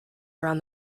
around